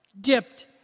Dipped